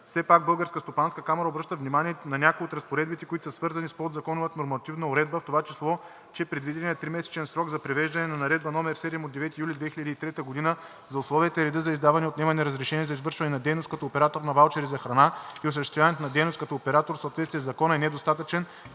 Все пак Българската стопанска камара обръщат внимание на някои от разпоредбите, които са свързани с подзаконовата нормативна уредба, в това число, че предвиденият тримесечен срок за привеждане на Наредба № 7 от 9 юли 2003 г. за условията и реда за издаване и отнемане на разрешение за извършване на дейност като оператор на ваучери за храна и осъществяването на дейност като оператор в съответствие със Закона е недостатъчен,